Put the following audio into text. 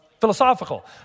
philosophical